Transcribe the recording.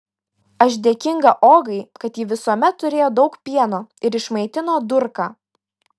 aš dėkinga ogai kad ji visuomet turėjo daug pieno ir išmaitino durką